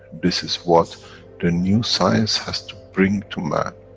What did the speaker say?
this is what the new science has to bring to man.